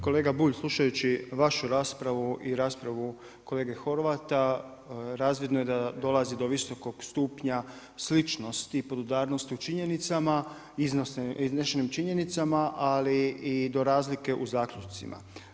Kolega Bulj, slušajući vašu raspravu i raspravu kolege Horvata razvidno je da dolazi do visokog stupnja sličnosti, podudarnosti u činjenicama, iznešenim činjenicama ali i do razlike u zaključcima.